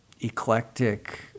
eclectic